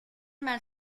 mal